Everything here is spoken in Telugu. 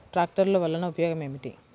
ట్రాక్టర్లు వల్లన ఉపయోగం ఏమిటీ?